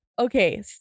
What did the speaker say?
okay